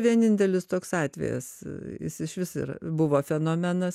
vienintelis toks atvejis jis išvis yra buvo fenomenas